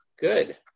Good